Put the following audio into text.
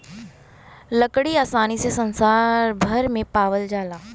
लकड़ी आसानी से संसार भर में पावाल जाला